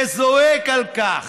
וזועק על כך.